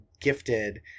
gifted